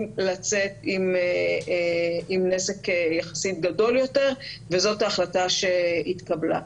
לצאת עם נזק יחסית גדול יותר וזאת ההחלטה שהתקבלה.